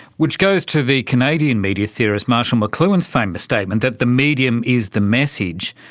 which goes to the canadian media theorist marshall mcluhan's famous statement that the medium is the message,